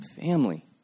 family